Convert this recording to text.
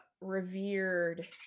revered